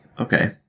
Okay